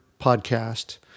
podcast